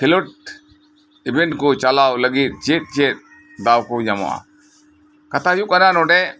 ᱠᱷᱮᱞᱳᱰ ᱤᱵᱷᱮᱱᱴ ᱠᱚ ᱪᱟᱞᱟᱣ ᱞᱟᱜᱤᱫ ᱪᱮᱫ ᱪᱮᱫ ᱫᱟ ᱠᱚ ᱧᱟᱢᱚᱜᱼᱟ ᱠᱟᱛᱷᱟ ᱦᱳᱭᱳᱜ ᱠᱟᱱᱟ ᱱᱚᱸᱰᱮ